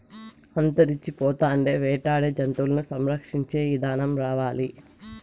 అంతరించిపోతాండే వేటాడే జంతువులను సంరక్షించే ఇదానం రావాలి